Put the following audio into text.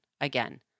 Again